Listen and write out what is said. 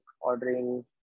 ordering